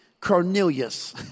Cornelius